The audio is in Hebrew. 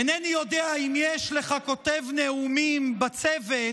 אינני יודע אם יש לך כותב נאומים בצוות,